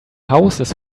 houses